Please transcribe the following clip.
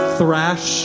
Thrash